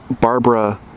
Barbara